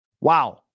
wow